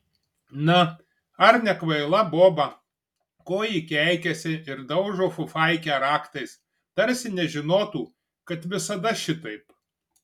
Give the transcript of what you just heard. na ar nekvaila boba ko ji keikiasi ir daužo fufaikę raktais tarsi nežinotų kad visada šitaip